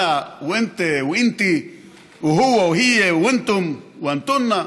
אנא ואינתה ואינתי ואוהו והייה ואינתום ואנתונה,